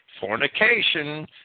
fornication